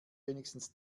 wenigstens